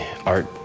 art